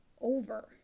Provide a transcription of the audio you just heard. over